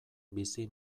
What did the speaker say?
bizi